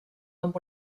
amb